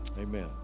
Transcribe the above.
Amen